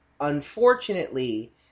unfortunately